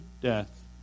death